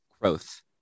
Growth